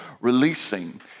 releasing